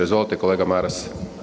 Izvolite kolega Maras.